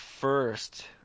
first